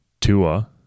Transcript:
Tua